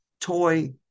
toy